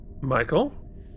Michael